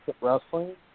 wrestling